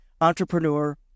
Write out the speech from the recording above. entrepreneur